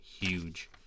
huge